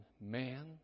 man